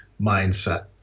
mindset